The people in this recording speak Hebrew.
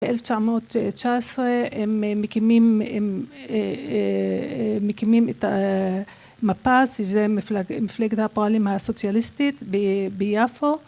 ב-1919 הם מקימים את המפ״ס שזה מפלגת הפועלים הסוציאליסטית ביפו.